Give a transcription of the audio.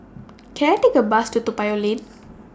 Can I Take A Bus to Toa Payoh Lane